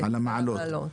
על המעלות.